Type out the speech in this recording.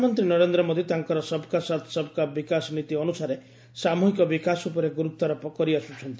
ପ୍ରଧାନମନ୍ତ୍ରୀ ନରେନ୍ଦ୍ର ମୋଦି ତାଙ୍କର 'ସବ୍କା ସାଥ୍ ସବ୍କା ବିକାଶ' ନୀତି ଅନୁସାରେ ସାମୁହିକ ବିକାଶ ଉପରେ ଗୁର୍ତ୍ୱାରୋପ କରିଆସ୍କୁଛନ୍ତି